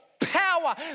Power